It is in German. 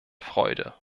freude